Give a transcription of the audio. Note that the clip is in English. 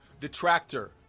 detractor